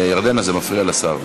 ירדנה, זה מפריע לשר.